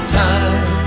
time